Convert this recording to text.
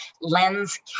lens